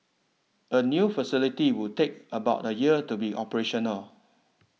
a new facility would take about a year to be operational